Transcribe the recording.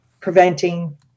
preventing